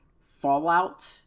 Fallout